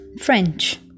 French